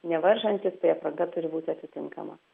nevaržantys tai apranga turi būti atitinkama